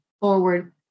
forward